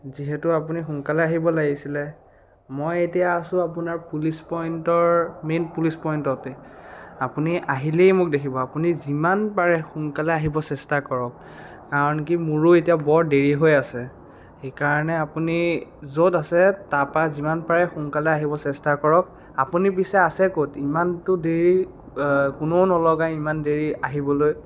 যিহেতু আপুনি সোনকালে আহিব লাগিছিলে মই এতিয়া আছোঁ আপোনাৰ পুলিচ পইণ্টৰ মেইন পুলিচ পইণ্টতেই আপুনি আহিলেই মোক দেখিব আপুনি যিমান পাৰে সোনকালে আহিব চেষ্টা কৰক কাৰণ কি মোৰো এতিয়া বৰ দেৰি হৈ আছে সেইকাৰণে আপুনি য'ত আছে তাপা যিমান পাৰে সোনকালে আহিব চেষ্টা কৰক আপুনি পিছে আছে ক'ত ইমানতো দেৰি কোনেও নলগাই ইমান দেৰি আহিবলৈ